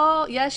פה יש